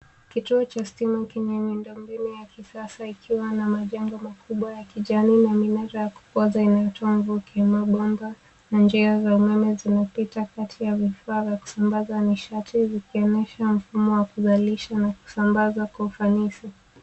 Kituo cha stima chenye miundombinu ya kisasa ikiwa na majengo makubwa ya kijani na minara ya kupooza inayotoa mvuke. Mabomba na njia ya umeme zinapita kati ya vifaa vya kusambaza nishati zikionyesha mfumo wa kuzalisha na kusambaza kwa ufanisi.